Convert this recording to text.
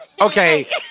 Okay